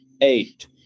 eight